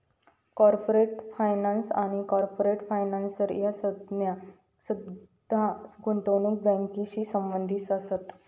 corporate finance आणि corporate financer ह्या संज्ञा सुद्धा गुंतवणूक बँकिंगशी संबंधित असत